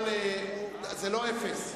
אבל זה לא אפס.